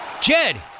Jed